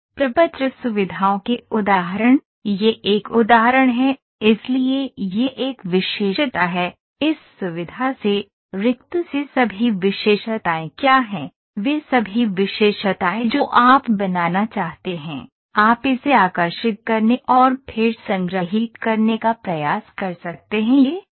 प्रपत्र सुविधाओं के उदाहरण यह एक उदाहरण है इसलिए यह एक विशेषता है इस सुविधा से रिक्त से सभी विशेषताएं क्या हैं वे सभी विशेषताएँ जो आप बनाना चाहते हैं आप इसे आकर्षित करने और फिर संग्रहीत करने का प्रयास कर सकते हैं यह